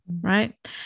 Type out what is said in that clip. right